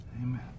Amen